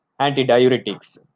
antidiuretics